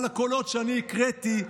אבל הקולות שאני הקראתי,